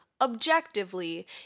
objectively